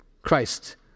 Christ